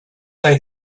they